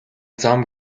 зам